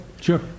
Sure